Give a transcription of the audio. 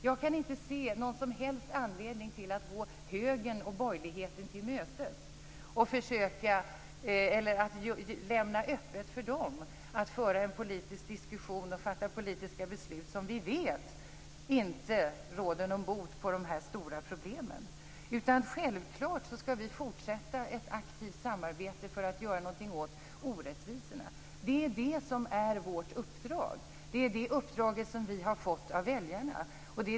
Jag kan inte se någon som helst anledning till att gå högern och borgerligheten till mötes, att lämna öppet för dem att föra en politisk diskussion och fatta politiska beslut som vi vet inte råder bot på de stora problemen. Självklart skall vi fortsätta ett aktivt samarbete för att göra något åt orättvisorna. Det är vårt uppdrag. Det är det uppdrag vi har fått av väljarna.